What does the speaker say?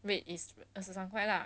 rate is 二十三块 lah